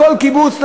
בכל קיבוץ,